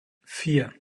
vier